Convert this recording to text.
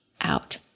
out